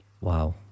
Wow